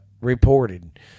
reported